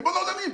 ריבון העולמים.